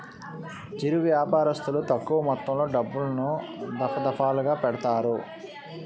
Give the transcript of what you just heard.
చిరు వ్యాపారస్తులు తక్కువ మొత్తంలో డబ్బులను, దఫాదఫాలుగా పెడతారు